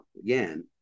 Again